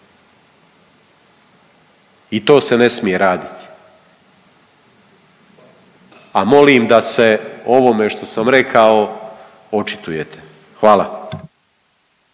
i to se ne smije raditi. A molim da se o ovome što sam rekao očitujete. Hvala.